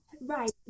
right